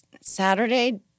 Saturday